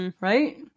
Right